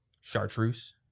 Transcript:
chartreuse